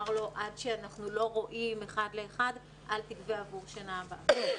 לו: עד שאנחנו לא רואים אחד לאחד אל תגבה עבור שנה הבאה.